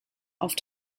auf